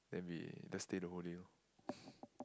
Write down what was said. then we just stay the whole day orh